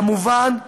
כמובן,